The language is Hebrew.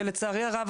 שלצערי הרב,